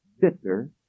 bitter